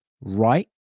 right